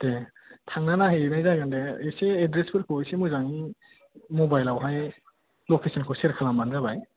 देह थांना नायहैनाय जागोन दे एसे एड्रेसफोरखौ एसे मोजाङै मबाइलआवहाय लकेसनखौ सेयार खालामबानो जाबाय